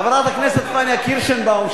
חברת הכנסת פניה קירשנבאום,